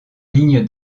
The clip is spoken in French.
ligne